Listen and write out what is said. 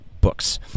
books